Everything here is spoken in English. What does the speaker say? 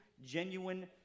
genuine